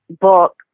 book